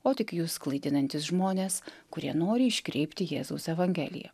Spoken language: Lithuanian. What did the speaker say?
o tik jus klaidinantys žmonės kurie nori iškreipti jėzaus evangeliją